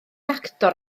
actor